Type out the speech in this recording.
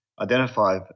identify